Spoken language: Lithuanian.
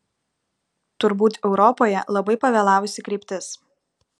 turbūt europoje labai pavėlavusi kryptis